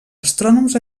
astrònoms